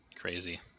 crazy